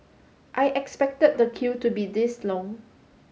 I expected the queue to be this long